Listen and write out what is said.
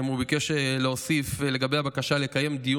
הוא ביקש להוסיף לגבי הבקשה לקיים דיון